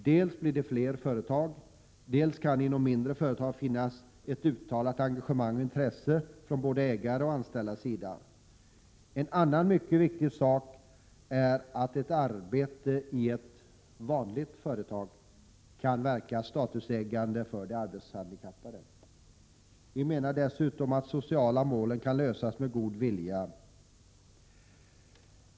Dels blir det fler företag, dels kan det inom mindre företag finnas ett uttalat engagemang och intresse från både ägares och anställdas sida. En annan mycket viktig sak är att ett arbete i ett ”vanligt företag” kan verka statushöjande för de arbetshandikappade. Vi menar dessutom att de sociala målen kan uppnås med litet god vilja.